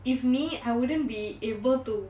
if me I wouldn't be able to